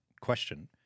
question